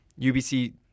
UBC